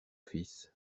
fils